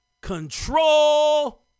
control